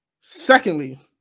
Secondly